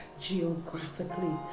geographically